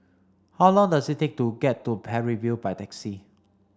how long does it take to get to Parry View by taxi